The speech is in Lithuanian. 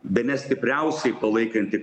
bene stipriausiai palaikanti